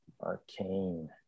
Arcane